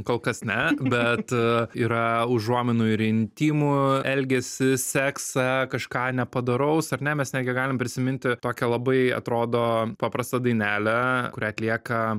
kol kas ne bet yra užuominų ir intymų elgesį seksą kažką nepadoraus ar ne mes netgi galim prisiminti tokią labai atrodo paprastą dainelę kurią atlieka